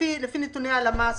לפי נתוני הלמ"ס,